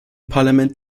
parlament